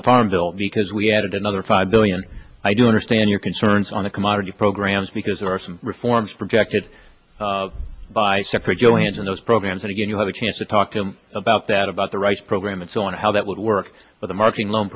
the farm bill because we added another five billion i do understand your concerns on the commodity programs because there are some reforms projected by separate johanson those programs and again you have a chance to talk to them about that about the rights program and so on how that would work but the marking loan